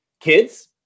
Kids